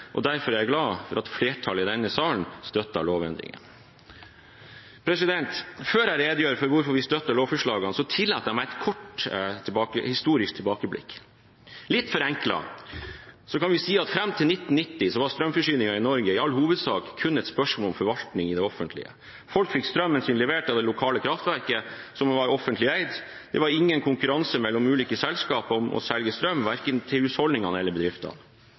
og derfor er jeg glad for at flertallet i denne salen støtter lovendringene. Før jeg redegjør for hvorfor vi støtter forslagene, tillater jeg meg et kort historisk tilbakeblikk. Litt forenklet kan vi si at fram til 1990 var strømforsyningen i Norge i all hovedsak kun et spørsmål om offentlig forvaltning. Folk fikk strømmen sin levert av det lokale kraftverket, som var offentlig eid. Det var ingen konkurranse mellom ulike selskaper om å selge strøm, verken til husholdninger eller